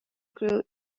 grew